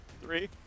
three